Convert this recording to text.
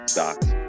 Stocks